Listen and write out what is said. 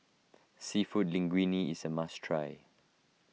Seafood Linguine is a must try